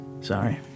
Sorry